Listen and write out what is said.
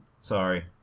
sorry